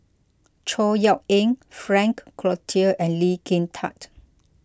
Chor Yeok Eng Frank Cloutier and Lee Kin Tat